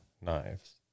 knives